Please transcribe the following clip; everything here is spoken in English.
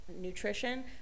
nutrition